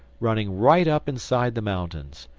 running right up inside the mountains.